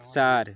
চার